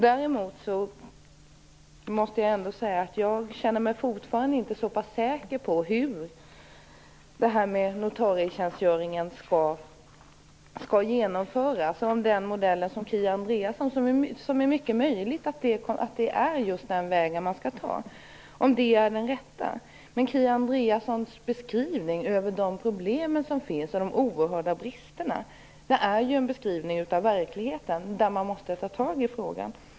Däremot känner jag mig fortfarande inte så pass säker på hur notarietjänstgöringen skall genomföras. Det är mycket möjligt att det är den modell Kia Andreasson förespråkar som skall användas. Men Kia Andreasson beskriver problemen och de oerhörda bristerna i verkligheten.